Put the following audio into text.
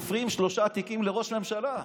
שתופרים שלושה תיקים לראש ממשלה.